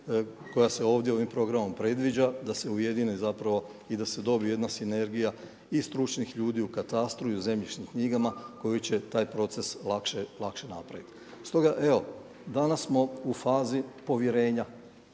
koja se ovdje ovim programom predviđa da se ujedine zapravo i da se dobije jedna sinergija i stručnih ljudi u katastru i u zemljišnim knjigama koji će taj proces lakše napraviti. Stoga evo danas smo u fazi povjerenja.